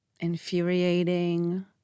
infuriating